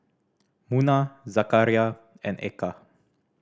Munah Zakaria and Eka